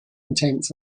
intents